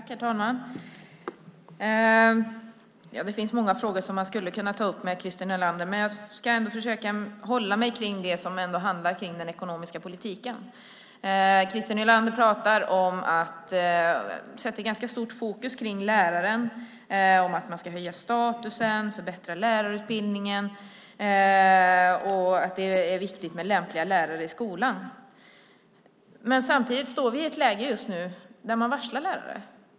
Herr talman! Det finns många frågor som jag skulle kunna ta upp med Christer Nylander, men jag ska ändå försöka hålla mig till det som handlar om den ekonomiska politiken. Christer Nylander sätter ganska stort fokus på läraren; att man ska höja statusen och förbättra lärarutbildningen och att det är viktigt med lämpliga lärare i skolan. Men samtidigt står vi i ett läge just nu där man varslar lärare.